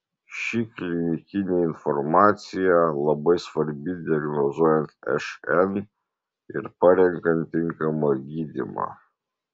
ši klinikinė informacija labai svarbi diagnozuojant šn ir parenkant tinkamą gydymą